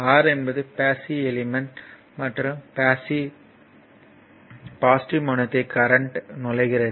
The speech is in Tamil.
R என்பது பாஸ்ஸிவ் எலிமெண்ட் மற்றும் பாசிட்டிவ் முனையத்தை கரண்ட் நுழைகிறது